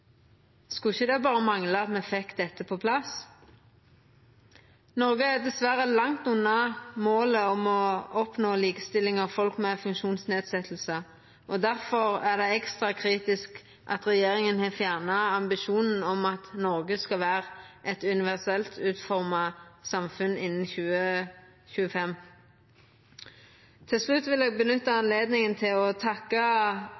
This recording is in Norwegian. det ikkje berre mangla at me fekk dette på plass? Noreg er dessverre langt unna målet om å oppnå likestilling for folk med funksjonsnedsetjing. Difor er det ekstra kritisk at regjeringa har fjerna ambisjonen om at Noreg skal vera eit universelt utforma samfunn innan 2025. Til slutt vil eg